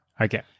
Okay